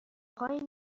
های